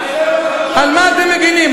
על מה אתם מגינים?